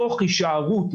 תוך הישארות,